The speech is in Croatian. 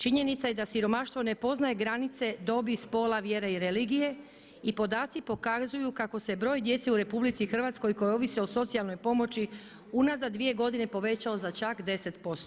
Činjenica je da siromaštvo ne poznaje granice dobi, spola, vjere i religije i podaci pokazuju kako se broj djece u RH koja ovise o socijalnoj pomoći unazad dvije godine povećao za čak 10%